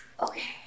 Okay